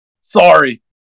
Sorry